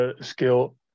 skill